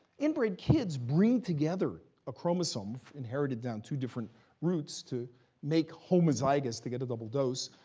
inbred kids bring together a chromosome, inherited down to different roots, to make homozygous, to get a double dose,